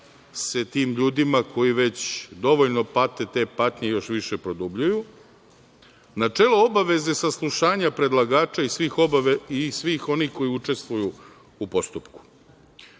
se tim ljudima koji već dovoljno pate te patnje i još više produbljuju. Načelo obaveze saslušanja predlagača i svih onih koji učestvuju u postupku.